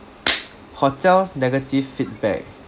hotel negative feedback